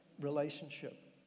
relationship